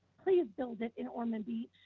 please build it in ormond beach,